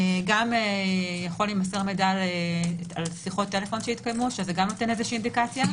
גם יכול להימסר מידע על שיחות טלפון שהתקיימו שזה גם נותן אינדיקציה.